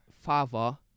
father